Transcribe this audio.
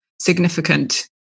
significant